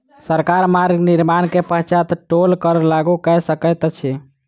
सरकार मार्ग निर्माण के पश्चात टोल कर लागू कय सकैत अछि